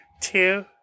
two